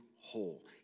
whole